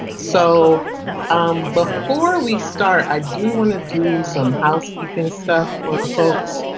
so before we start, i do want to do some housekeeping stuff for folks.